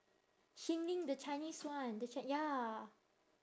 xin lin the chinese one the chi~ ya